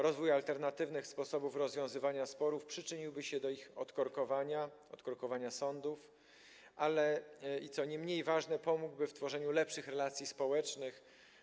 Rozwój alternatywnych sposobów rozwiązywania sporów przyczyniłby się do odkorkowania sądów oraz - co nie mniej ważne - pomógłby w tworzeniu lepszych relacji społecznych.